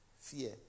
fear